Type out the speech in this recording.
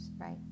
right